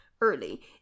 early